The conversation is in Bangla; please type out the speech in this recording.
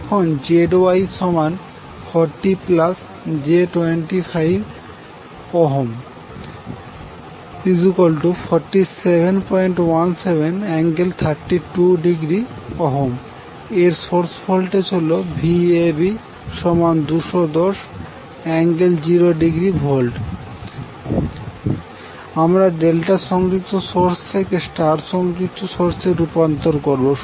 এখন ZY40j254717∠32° এবং সোর্স এর ভোল্টেজ হলো Vab210∠0°V আমরা ডেল্টা সংযুক্ত সোর্স থেকে স্টার সংযুক্ত সোর্সে রূপান্তর করবো